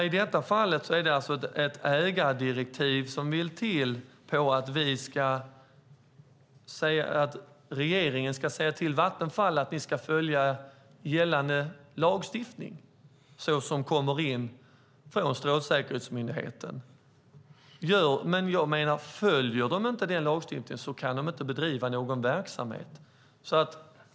I detta fall vill det till ett ägardirektiv om att regeringen ska säga till Vattenfall att man ska följa gällande lagstiftning och de krav som kommer från Strålsäkerhetsmyndigheten. Följer man inte lagstiftningen kan man inte bedriva någon verksamhet.